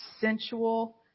sensual